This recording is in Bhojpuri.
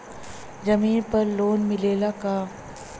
जमीन पर लोन मिलेला का?